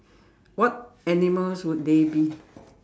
what animals would they be